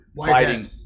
fighting